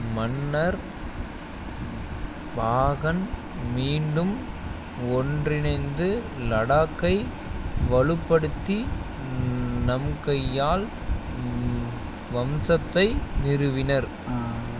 மன்னர் பாகன் மீண்டும் ஒன்றிணைந்து லடாக்கை வலுப்படுத்தி நம்கையால் வம்சத்தை நிறுவினர்